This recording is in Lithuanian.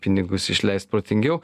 pinigus išleist protingiau